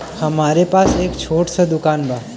हमरे पास एक छोट स दुकान बा